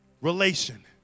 relation